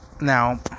now